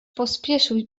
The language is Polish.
pospieszył